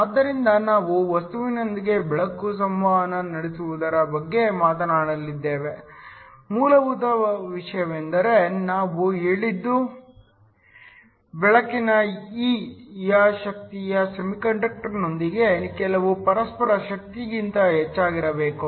ಆದ್ದರಿಂದ ನಾವು ವಸ್ತುವಿನೊಂದಿಗೆ ಬೆಳಕು ಸಂವಹನ ನಡೆಸುವುದರ ಬಗ್ಗೆ ಮಾತನಾಡಿದ್ದೇವೆ ಮೂಲಭೂತ ವಿಷಯವೆಂದರೆ ನಾವು ಹೇಳಿದ್ದು ಬೆಳಕಿನ E ಯ ಶಕ್ತಿಯು ಸೆಮಿಕಂಡಕ್ಟರ್ನೊಂದಿಗಿನ ಕೆಲವು ಪರಸ್ಪರ ಶಕ್ತಿಗಿಂತ ಹೆಚ್ಚಾಗಿರಬೇಕು